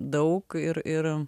daug ir ir